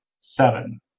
seven